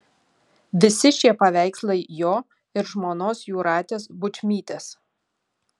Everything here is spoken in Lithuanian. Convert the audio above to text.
visi šie paveikslai jo ir žmonos jūratės bučmytės